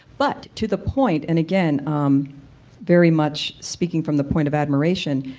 but to the point, and again i'm very much speaking from the point of admiration,